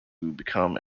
become